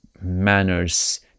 manners